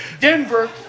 Denver